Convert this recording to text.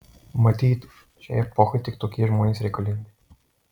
matyt šiai epochai tik tokie žmonės reikalingi